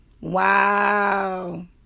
Wow